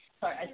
Sorry